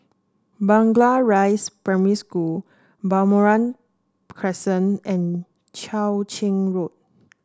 Blangah Rise Primary School Balmoral Crescent and Cheow Keng Road